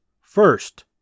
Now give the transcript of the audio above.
First